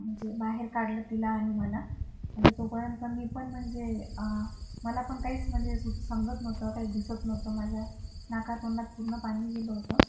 म्हणजे बाहेर काढलं तिला आणि मला म्हणजे तोपर्यंत मी पण म्हणजे मला पण काहीच म्हणजे सूद समजत नव्हतं काही दिसत नव्हतं माझ्या नाका तोंडात पूर्ण पाणी गेलं होतं